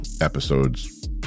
episodes